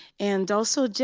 and also,